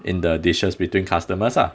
in the dishes between customers ah